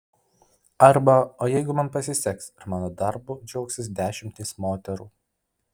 arba o jeigu man pasiseks ir mano darbu džiaugsis dešimtys moterų